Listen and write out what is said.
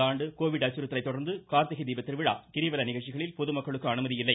இந்தஆண்டு கோவிட் அச்சுறுத்தலை தொடர்ந்து கார்த்திகை தீபத்திருவிழா கிரிவல நிகழ்ச்சிகளில் பொதுமக்களுக்கு அனுமதி இல்லை